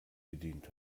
bedient